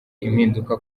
impinduka